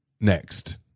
next